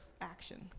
action